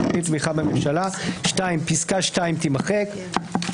תמיכה בממשלה."; (2)פסקה (2) תימחק,